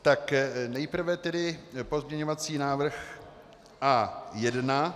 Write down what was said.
Tak nejprve tedy pozměňovací návrh A1.